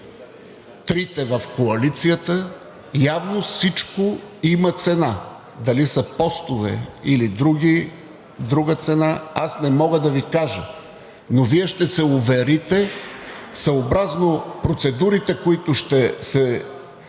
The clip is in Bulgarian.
трите в коалицията, явно всичко има цена. Дали са постове, или друга цена, аз не мога да Ви кажа, но Вие ще се уверите съобразно процедурите, които ще се